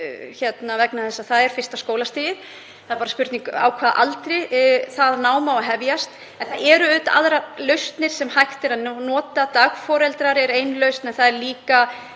vegna þess að það er fyrsta skólastigið, það er bara spurning á hvaða aldri það nám á að hefjast. En það eru aðrar lausnir sem hægt er að nota. Dagforeldrar eru ein lausn en það eru líka